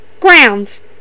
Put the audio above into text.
grounds